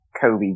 Kobe